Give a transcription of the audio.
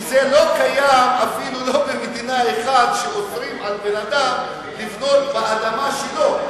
זה לא קיים אפילו לא במדינה אחת שאוסרים על בן-אדם לבנות באדמה שלו,